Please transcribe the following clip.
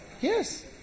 Yes